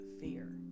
fear